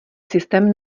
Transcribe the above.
systém